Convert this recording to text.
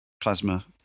plasma